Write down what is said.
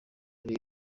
kuri